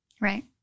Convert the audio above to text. Right